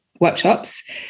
workshops